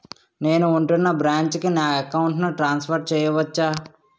నేను ఉంటున్న బ్రాంచికి నా అకౌంట్ ను ట్రాన్సఫర్ చేయవచ్చా?